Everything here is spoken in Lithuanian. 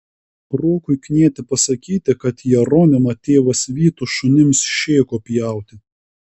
rokui knieti pasakyti kad jeronimą tėvas vytų šunims šėko pjauti